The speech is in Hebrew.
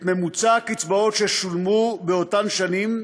את ממוצע הקצבאות ששולמו באותן שנים,